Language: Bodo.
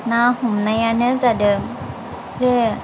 ना हमनायानो जादों जे